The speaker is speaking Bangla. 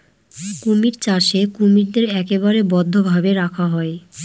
কুমির চাষে কুমিরদের একেবারে বদ্ধ ভাবে রাখা হয়